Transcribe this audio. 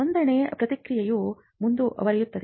ನೋಂದಣಿ ಪ್ರಕ್ರಿಯೆಯು ಮುಂದುವರಿಯುತ್ತದೆ